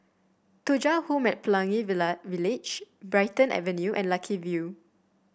Thuja Home at Pelangi Village Brighton Avenue and Lucky View